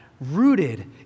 rooted